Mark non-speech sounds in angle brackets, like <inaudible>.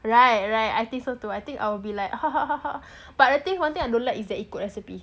right right I think so too I think I will be like <laughs> but the thing one thing I don't let is to ikut recipe